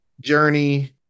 Journey